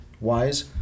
wise